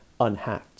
unhacked